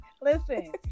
listen